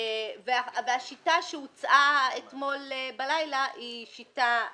השיטה שהוצעה אתמול בלילה היא שיטה אחרת.